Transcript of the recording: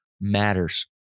matters